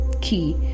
key